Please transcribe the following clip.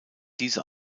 diese